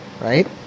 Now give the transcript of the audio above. right